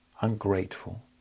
ungrateful